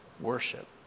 worship